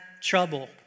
trouble